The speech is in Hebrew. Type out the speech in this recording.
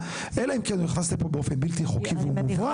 אלא אם כן הוא נכנס לפה באופן בלתי חוקי והוא מוברח.